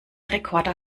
rekorder